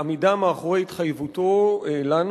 בעמידה מאחורי התחייבותו לנו,